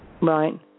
Right